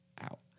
out